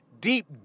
deep